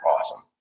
awesome